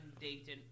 Dayton